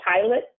pilot